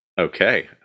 okay